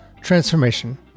transformation